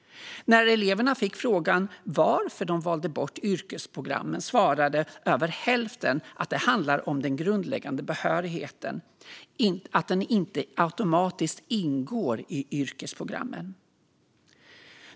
När eleverna fick frågan varför de valde bort yrkesprogrammen svarade över hälften att det handlade om den grundläggande behörigheten och att den inte automatiskt ingår i yrkesprogrammen.